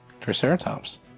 Triceratops